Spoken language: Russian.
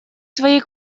своей